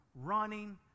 running